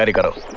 and go.